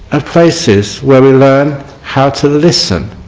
ah places where we learn how to listen